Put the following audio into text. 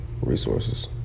Resources